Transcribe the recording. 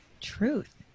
truth